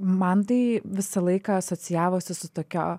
man tai visą laiką asocijavosi su tokio